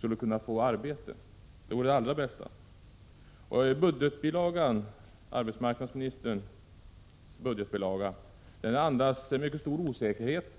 kunde få arbete. Arbetsmarknadsministerns budgetbilaga, bilaga 12 till budgetpropositionen, andas mycket stor osäkerhet.